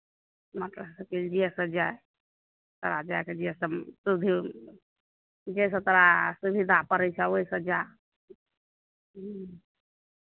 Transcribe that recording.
motorcycle जाहिसँ जाय तोरा जायके जे सुविधो जाहिसँ तोरा सुविधा पड़ै छौ ओहिसँ जा ह्म्म